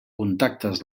contactes